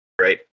right